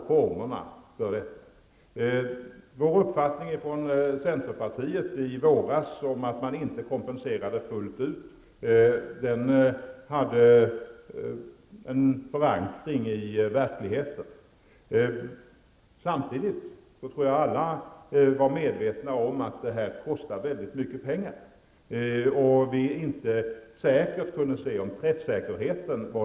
Centerpartiets uppfattning från i våras om att jordbrukarna inte kompenserades fullt ut hade förankring i verkligheten. Samtidigt tror jag att alla var medvetna om att detta stöd medförde mycket stora kostnader och att man inte säkert kunde uttala sig om träffsäkerheten.